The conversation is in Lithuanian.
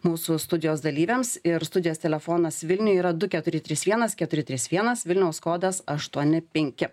mūsų studijos dalyviams ir studijos telefonas vilniuje yra du keturi trys vienas keturi trys vienas vilniaus kodas aštuoni penki